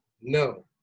No